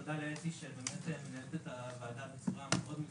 ותודה לאתי שבאמת מנהלת את הוועדה בצורה מאוד מקצועית.